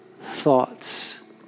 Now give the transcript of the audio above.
thoughts